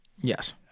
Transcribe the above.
Yes